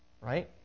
right